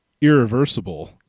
Irreversible